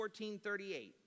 1438